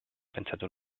pentsatu